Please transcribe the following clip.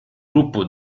gruppo